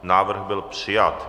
Návrh byl přijat.